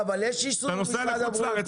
אבל יש אישור משרד הבריאות.